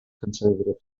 conservative